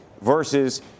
versus